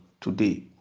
today